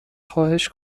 خواهش